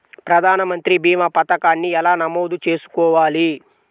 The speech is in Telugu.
ప్రధాన మంత్రి భీమా పతకాన్ని ఎలా నమోదు చేసుకోవాలి?